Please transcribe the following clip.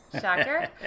Shocker